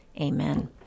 Amen